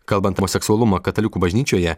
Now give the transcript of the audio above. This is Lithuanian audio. kalbant apie seksualumą katalikų bažnyčioje